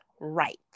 right